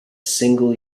single